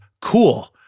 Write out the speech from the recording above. cool